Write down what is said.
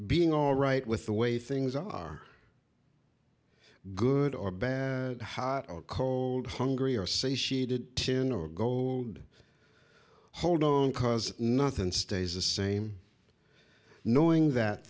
being all right with the way things are good or bad hot or cold hungry or satiated tin or gold hold on cause nothing stays the same knowing that